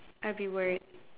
I will be worried